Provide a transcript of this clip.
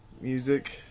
music